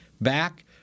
back